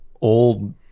old